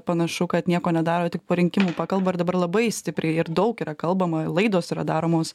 panašu kad nieko nedaro tik po rinkimų pakalba ir dabar labai stipriai ir daug yra kalbama laidos yra daromos